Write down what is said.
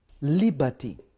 liberty